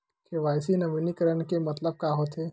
KYC नवीनीकरण के मतलब का होथे?